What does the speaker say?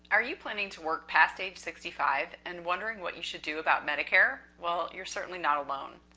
are you planning to work past age sixty five and wondering what you should do about medicare? well, you're certainly not alone.